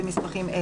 הכנסת.